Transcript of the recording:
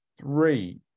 three